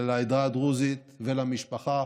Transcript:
ולעדה הדרוזית ולמשפחה,